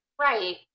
Right